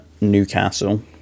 Newcastle